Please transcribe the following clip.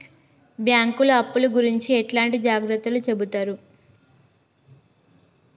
బ్యాంకులు అప్పుల గురించి ఎట్లాంటి జాగ్రత్తలు చెబుతరు?